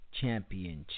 Championship